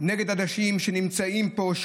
נגד אנשים שנמצאים פה,